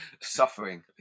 suffering